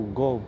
go